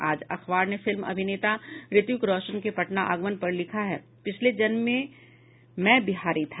आज अखबार ने फिल्म अभिनेता ऋतिक रोशन के पटना आगमन पर लिखा है पिछले जन्म में मैं बिहारी था